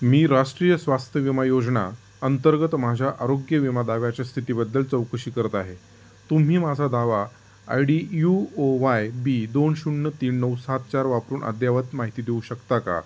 मी राष्ट्रीय स्वास्थ्य विमा योजना अंतर्गत माझ्या आरोग्य विमा दाव्याच्या स्थितीबद्दल चौकशी करत आहे तुम्ही माझा दावा ID U O Y B दोन शून्य तीन नऊ सात चार वापरून अद्ययावत माहिती देऊ शकता का